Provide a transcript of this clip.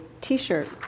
t-shirt